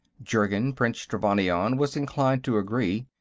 jurgen, prince trevannion was inclined to agree.